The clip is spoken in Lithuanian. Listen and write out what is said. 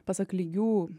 pasak lygių